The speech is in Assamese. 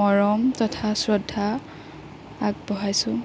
মৰম তথা শ্ৰদ্ধা আগবঢ়াইছোঁ